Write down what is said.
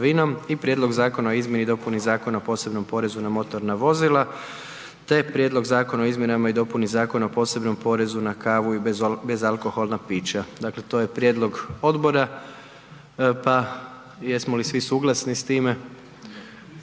Prijedlog Zakona o izmjeni i dopuni Zakona o posebnom porezu na motorna vozila i Prijedlog Zakona o izmjenama i dopuni Zakona o posebnom porezu na kavu i bezalkoholna pića. Predlagatelj je Vlada na temelju čl. 85. Ustava i